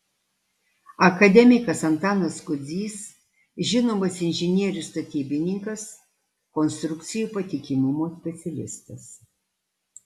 akademikas antanas kudzys žinomas inžinierius statybininkas konstrukcijų patikimumo specialistas